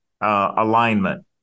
Alignment